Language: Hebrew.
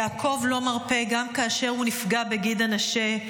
יעקב לא מרפה גם כאשר הוא נפגע בגיד הנשה.